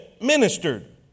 ministered